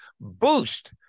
boost